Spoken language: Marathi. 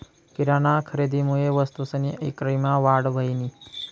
किराना खरेदीमुये वस्तूसनी ईक्रीमा वाढ व्हयनी